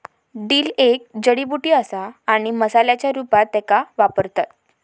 dill एक जडीबुटी असा आणि मसाल्याच्या रूपात त्येका वापरतत